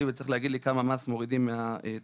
וצריך להגיד לי כמה מס מורידים מהתשלום.